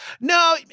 no